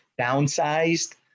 downsized